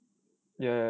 ya